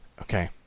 Okay